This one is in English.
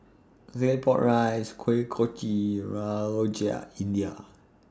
Claypot Rice Kuih Kochi Rojak India